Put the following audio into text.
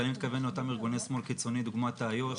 ואני מתכוון לאותם ארגוני שמאל קיצוני דוגמת תאיו"ש,